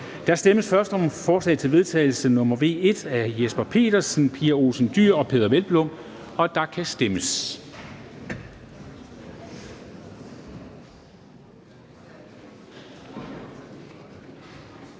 Der stemmes først om forslag til vedtagelse nr. V 1 af Jesper Petersen (S), Pia Olsen Dyhr (SF) og Peder Hvelplund (EL), og der kan stemmes.